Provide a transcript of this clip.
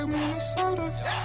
Minnesota